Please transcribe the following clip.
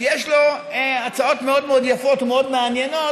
כי יש לו הצעות מאוד מאוד יפות ומאוד מאוד מעניינות,